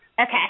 Okay